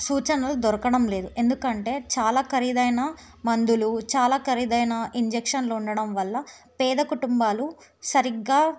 సూచనలు దొరకడం లేదు ఎందుకంటే చాలా ఖరీదైన మందులు చాలా ఖరీదైన ఇంజెక్షన్లు ఉండడం వల్ల పేద కుటుంబాలు సరిగ్గా